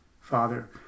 father